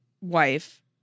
wife